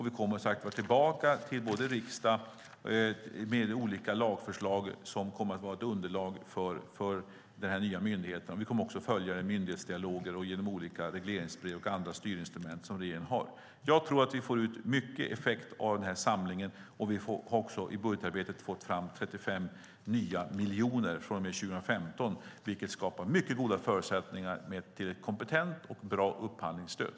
Vi kommer att komma tillbaka till riksdagen med olika lagförslag som kommer att vara ett underlag för denna nya myndighet. Vi kommer också att följa myndighetsdialoger genom olika regleringsbrev och andra styrinstrument som regeringen har. Jag tror att vi får ut mycket effekt av denna samling. I budgetarbetet har vi fått fram 35 nya miljoner från och med 2015, vilket skapar mycket goda förutsättningar för ett kompetent och bra upphandlingsstöd.